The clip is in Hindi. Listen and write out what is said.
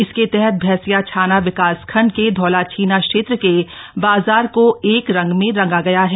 इसके तहत भैंसियाछाना विकासखण्ड के धौलछीना क्षेत्र के बाजार को एक रंग में रंगा गया है